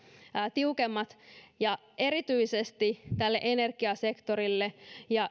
tiukemmat ja erityisesti tälle energiasektorille